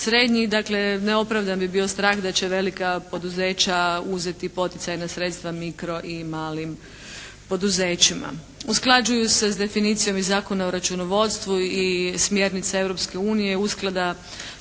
srednjih. Dakle, neopravdan bi bio strah da će velika poduzeća uzeti poticajna sredstva mikro i malim poduzećima. Usklađuju se s definicijom i Zakona o računovodstvu i smjernica Europske